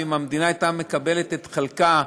ואם המדינה הייתה מקבלת את חלקה,